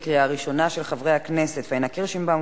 של חברי הכנסת פניה קירשנבאום,